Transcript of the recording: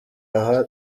aha